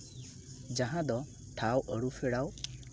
ᱡᱟᱦᱟᱸ ᱫᱚ ᱴᱷᱟᱶ ᱟᱨᱩᱯᱷᱮᱨᱟᱣ